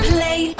Play